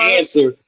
answer